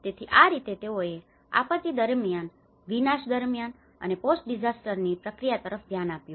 તેથી આ રીતે તેઓએ આપત્તિ દરમિયાન વિનાશ દરમિયાન અને પોસ્ટ ડીસાસ્ટરની post disaster આપતિ પછી પ્રક્રિયા તરફ ધ્યાન આપ્યું